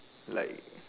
like